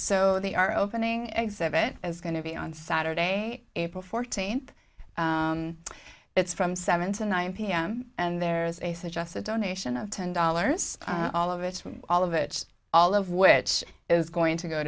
so they are opening exhibit is going to be on saturday april fourteenth it's from seven to nine pm and there's a so just a donation of ten dollars all of it all of it all of which is going to go